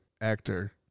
actor